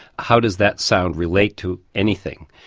how does that sound relate to anything?